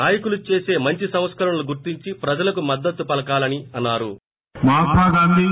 నాయకులు చేసే మంచి సంస్కరణలను గుర్తించి ప్రజలకు మద్దత్తు పలకాలని అన్నా రు